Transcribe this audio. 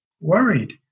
worried